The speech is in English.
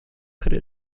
could